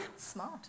Smart